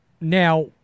now